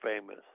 famous